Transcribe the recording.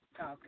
Okay